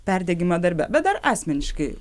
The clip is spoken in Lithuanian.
perdegimą darbe bet dar asmeniškai